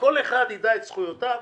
שכל אחד ידע את זכויותיו,